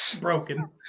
Broken